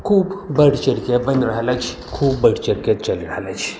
खूब बढ़ि चढ़िके बनि रहल अछि खूब बढ़ि चढ़िकेँ चलि रहल अछि